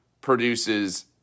produces